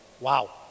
Wow